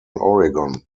oregon